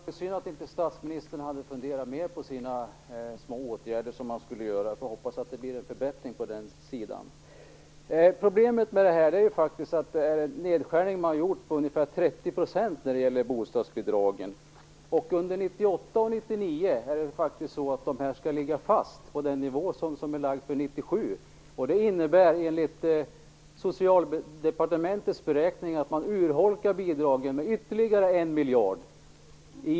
Herr talman! Det är synd att statsministern inte hade funderat mer på sina små åtgärder som han skulle vidta. Jag får hoppas att det blir en förbättring på den punkten. Problemet är att man har gjort en nedskärning på ungefär 30 % när det gäller bostadsbidragen. Under 1998 och 1999 skall de faktiskt ligga fast på den nivå som har fastställts för 1997. Det innebär enligt Socialdepartementets beräkningar att man urholkar bidragen med ytterligare 1 miljard.